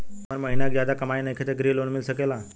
हमर महीना के ज्यादा कमाई नईखे त ग्रिहऽ लोन मिल सकेला?